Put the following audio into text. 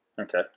okay